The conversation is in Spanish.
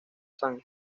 san